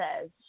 says